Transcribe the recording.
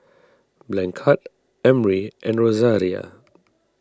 Blanchard Emry and Rosaria